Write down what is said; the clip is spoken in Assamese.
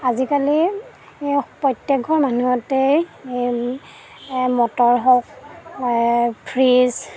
আজিকালি প্ৰত্যেকঘৰ মানুহতেই মটৰ হওক ফ্ৰীজ